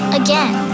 again